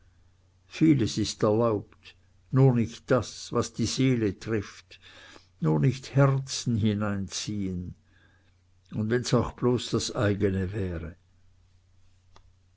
vieles ist erlaubt nur nicht das was die seele trifft nur nicht herzen hineinziehen und wenn's auch bloß das eigne wäre